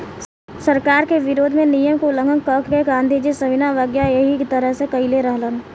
सरकार के विरोध में नियम के उल्लंघन क के गांधीजी सविनय अवज्ञा एही तरह से कईले रहलन